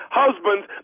husbands